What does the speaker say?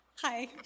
Hi